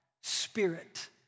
Spirit